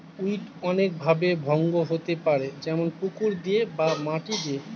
weed অনেক ভাবে ভঙ্গ হতে পারে যেমন পুকুর দিয়ে বা মাটি দিয়ে